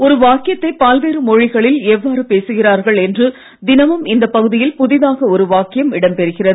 ஒரு வாக்கியத்தை பல்வேறு மொழிகளில் எவ்வாறு பேசுகிறார்கள் என்று தினமும் இந்த பகுதியில் புதிதாக ஒரு வாக்கியம் இடம் பெறுகிறது